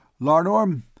Larnorm